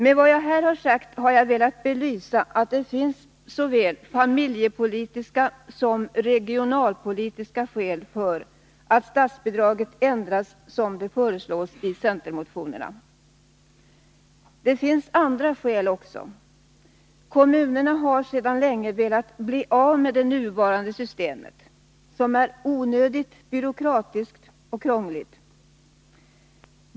Med vad jag här har sagt har jag velat belysa att det finns såväl familjepolitiska som regionalpolitiska skäl för att statsbidraget ändras på det sätt som föreslås i centermotionerna. Det finns också andra skäl. Kommunerna har sedan länge velat bli av med det nuvarande systemet, som är onödigt byråkratiskt och krångligt.